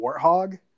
warthog